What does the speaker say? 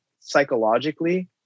psychologically